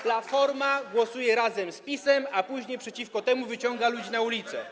Platforma głosuje razem z PiS-em, a później przeciwko temu wyciąga ludzi na ulice.